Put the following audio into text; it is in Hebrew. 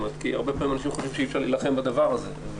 הרבה פעמים אנשים חושבים שאי אפשר להילחם בדבר הזה.